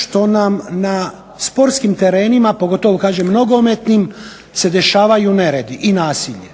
što nam na sportskim terenima, pogotovo kažem nogometnim, se dešavaju neredi i nasilje.